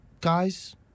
guys